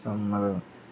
സമ്മതം